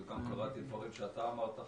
קראתי דברים שאתה אמרת,